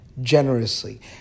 generously